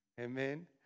amen